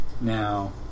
Now